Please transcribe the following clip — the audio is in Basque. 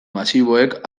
masiboek